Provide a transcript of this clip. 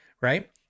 Right